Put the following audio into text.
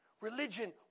Religion